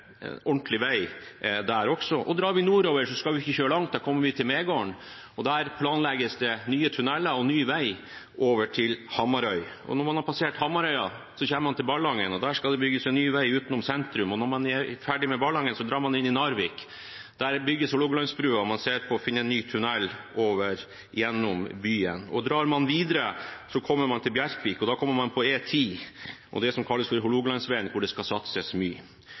ordentlig vei der også. Drar vi nordover, skal vi ikke kjøre langt før vi kommer til Megården, og der planlegges det nye tunneler og ny vei over til Hamarøy. Når man har passert Hamarøy, kommer man til Ballangen, og der skal det bygges en ny vei utenom sentrum, og når man er ferdig med Ballangen, drar man inn i Narvik, hvor Hålogalandsbrua bygges, og man ser på å finne en ny tunnel gjennom byen. Drar man videre, kommer man til Bjerkvik, og da kommer man på E10 og det som kalles Hålogalandsveien, hvor det skal satses mye.